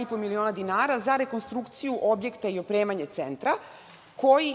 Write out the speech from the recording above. i po miliona dinara, za rekonstrukciju objekta i opremanje Centra, koji